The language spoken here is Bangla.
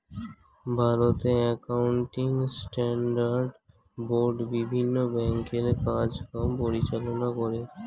ভারতে অ্যাকাউন্টিং স্ট্যান্ডার্ড বোর্ড বিভিন্ন ব্যাংকের কাজ কাম পরিচালনা করে